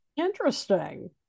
Interesting